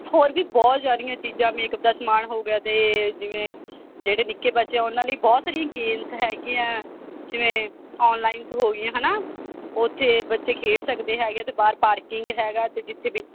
ਹੋਰ ਵੀ ਬਹੁਤ ਜ਼ਿਆਦੀਆਂ ਚੀਜ਼ਾਂ ਮੇਕਅੱਪ ਦਾ ਸਮਾਨ ਹੋ ਗਿਆ ਅਤੇ ਜਿਵੇਂ ਜਿਹੜੇ ਨਿੱਕੇ ਬੱਚੇ ਆ ਉਹਨਾਂ ਲਈ ਬਹੁਤ ਸਾਰੀਆਂ ਗੇਮਸ ਹੈਗੀਆਂ ਜਿਵੇਂ ਔਨਲਾਈਨਸ ਹੋ ਗਈਆਂ ਹੈ ਨਾ ਉੱਥੇ ਬੱਚੇ ਖੇਡ ਸਕਦੇ ਹੈਗੇ ਅਤੇ ਬਾਹਰ ਪਾਰਕਿੰਗ ਹੈਗਾ ਅਤੇ ਜਿੱਥੇ ਵੀ